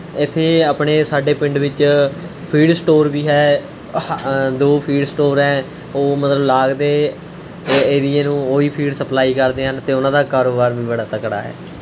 ਇੱਥੇ ਆਪਣੇ ਸਾਡੇ ਪਿੰਡ ਵਿੱਚ ਫੀਡ ਸਟੋਰ ਵੀ ਹੈ ਦੋ ਫੀਡ ਸਟੋਰ ਹੈ ਉਹ ਮਤਲਬ ਲਾਗ ਦੇ ਏਰੀਏ ਨੂੰ ਉਹੀ ਫੀਡ ਸਪਲਾਈ ਕਰਦੇ ਹਨ ਅਤੇ ਉਹਨਾਂ ਦਾ ਕਾਰੋਬਾਰ ਵੀ ਬੜਾ ਤਕੜਾ ਹੈ